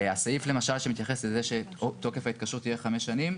הסעיף למשל שהמתייחס לזה שתוקף ההתקשרות יהיה חמש שנים,